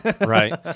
Right